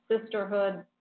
sisterhood